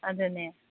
ꯑꯗꯨꯅꯦ